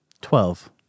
Twelve